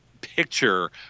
picture